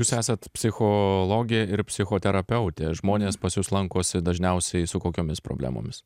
jūs esat psichologė ir psichoterapeutė žmonės pas jus lankosi dažniausiai su kokiomis problemomis